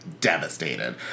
devastated